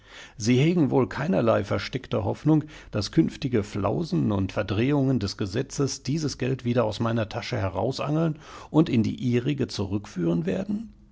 sie hegen wohl keinerlei versteckte hoffnung daß künftige flausen und verdrehungen des gesetzes dieses geld wieder aus meiner tasche herausangeln und in die ihrige zurückführen werden